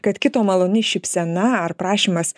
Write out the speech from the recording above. kad kito maloni šypsena ar prašymas